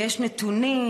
ויש נתונים,